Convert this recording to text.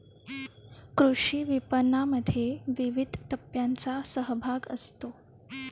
कृषी विपणनामध्ये विविध टप्प्यांचा सहभाग असतो